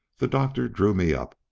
the doctor drew me up.